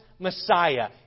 Messiah